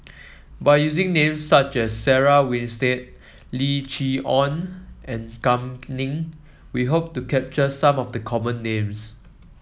by using names such as Sarah Winstedt Lim Chee Onn and Kam Ning we hope to capture some of the common names